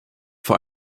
vor